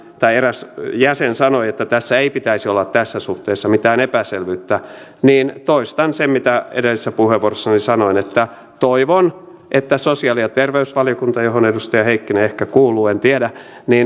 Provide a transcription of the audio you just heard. eräs jäsen sanoi että ei pitäisi olla tässä suhteessa mitään epäselvyyttä niin toistan sen mitä edellisessä puheenvuorossani sanoin toivon että sosiaali ja terveysvaliokunta johon edustaja heikkinen ehkä kuuluu en tiedä